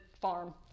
farm